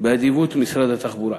באדיבות משרד התחבורה.